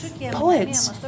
poets